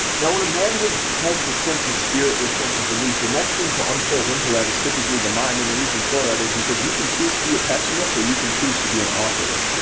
now what a man is, has the sense of spirit, this sense of belief, the next thing to unfold into that is typically the mind and the reason for that is because you can choose to be a pessimist or you can choose to be an optimist.